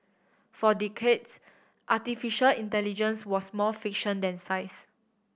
for decades artificial intelligence was more fiction than science